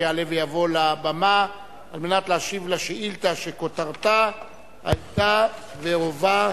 שיעלה ויבוא לבמה על מנת להשיב על השאילתא שכותרתה היתה והווה: